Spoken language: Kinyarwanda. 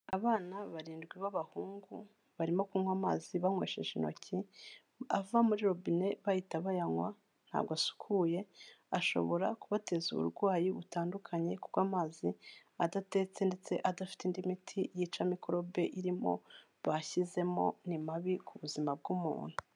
Abana barindwi b'abahungu barimo kunywa amazi banywesheje intoki, ava muri robine bahita bayanywa, ntabwo asukuye, ashobora kubateza uburwayi butandukanye kuko amazi adatetse ndetse adafite indi miti yica mikorobe irimo bashyizemo, ni mabi ku buzima bw'umuntu.